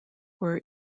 were